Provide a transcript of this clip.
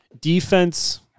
defense